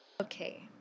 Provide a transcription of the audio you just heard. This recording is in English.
Okay